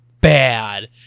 bad